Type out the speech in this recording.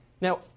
Now